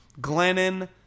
Glennon